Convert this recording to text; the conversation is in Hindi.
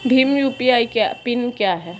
भीम यू.पी.आई पिन क्या है?